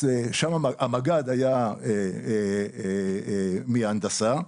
גם המג"ד היה מהנדסה.